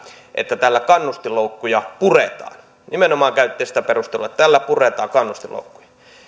että tällä kannustinloukkuja puretaan nimenomaan käytitte sitä perustelua että tällä puretaan